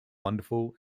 wonderful